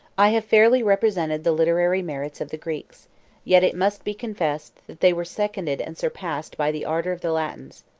i have fairly represented the literary merits of the greeks yet it must be confessed, that they were seconded and surpassed by the ardor of the latins.